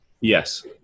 yes